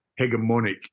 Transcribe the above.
hegemonic